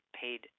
paid